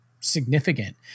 significant